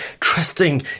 trusting